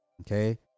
Okay